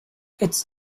its